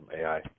AI